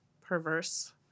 perverse